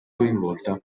coinvolta